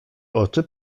oczy